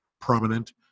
prominent